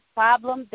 problem